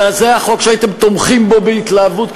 אלא זה החוק שהייתם תומכים בו בהתלהבות,